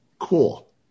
cool